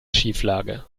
schieflage